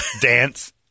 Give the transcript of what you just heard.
dance